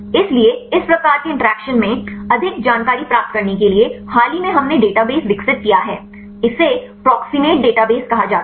इसलिए इस प्रकार के इंटरैक्शन के बारे में अधिक जानकारी प्राप्त करने के लिए हाल ही में हमने डेटाबेस विकसित किया है इसे प्रॉक्सीमेट डेटाबेस कहा जाता है